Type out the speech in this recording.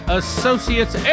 associates